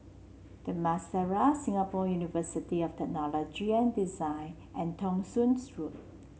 The Madeira Singapore University of Technology and Design and Thong Soon Road